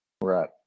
Right